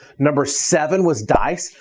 number seven was dice,